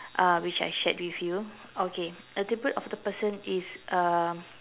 uh which I shared with you okay a tribute of the person is um